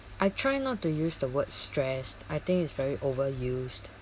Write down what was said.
I try not to use the word stressed I think it's very overused